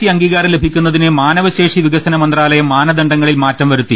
E അംഗീകാരം ലഭി ക്കുന്നതിന് മാനവശേഷി വികസന മന്ത്രാലയം മാനദണ്ഡ ങ്ങളിൽ മാറ്റംവരുത്തി